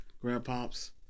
grandpop's